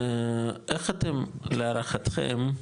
איך אתם להערכתכם,